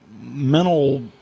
mental